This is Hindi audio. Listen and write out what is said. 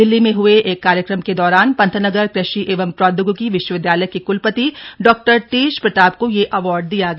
दिल्ली में हए एक कार्यक्रम के दौरान पंतनगर कृषि एवं प्रौद्योगिक विश्वविद्यालय के क्लपति डॉ तेज प्रताप को यह अवार्ड दिया गया